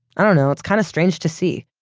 i dunno, it's kind of strange to see.